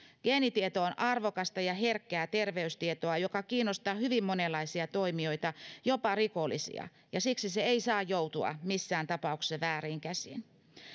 geenitieto on arvokasta ja herkkää terveystietoa joka kiinnostaa hyvin monenlaisia toimijoita jopa rikollisia ja siksi se ei saa joutua missään tapauksessa väärin käsiin